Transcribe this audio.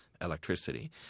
electricity